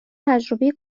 تجربه